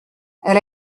elle